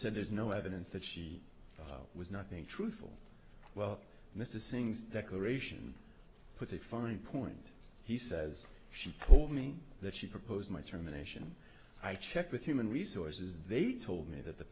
said there's no evidence that she was not being truthful well mr singh's declaration put a fine point he says she told me that she proposed my termination i checked with human resources they told me that the